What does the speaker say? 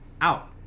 out